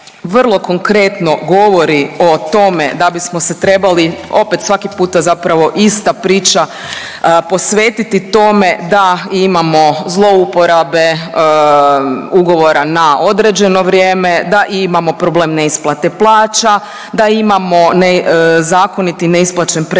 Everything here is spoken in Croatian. vrlo konkretno govori o tome da bismo se trebali opet svaki puta zapravo ista priča posvetiti tome da imamo zlouporabe ugovora na određeno vrijeme, da imamo problem neisplate plaće, da imamo zakonit i neisplaćen prekovremeni